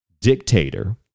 dictator